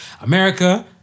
America